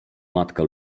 matka